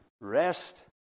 rest